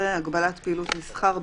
פעילות מסחר,